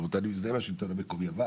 אני מזדהה עם השלטון המקומי אבל